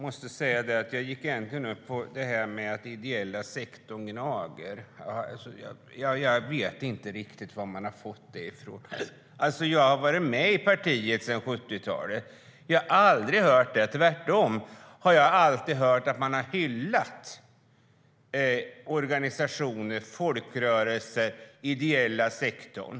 Fru talman! Det här med att den ideella sektorn gnager vet jag inte vad man har fått ifrån. Jag har varit med i partiet sedan 70-talet, och jag har aldrig hört det. Tvärtom har jag alltid hört att vi har hyllat organisationer, folkrörelse och den ideella sektorn.